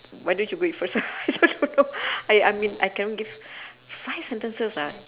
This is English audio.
why don't you be first I also don't know I I mean I cannot give five sentences ah